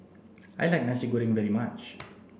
I like Nasi Goreng very much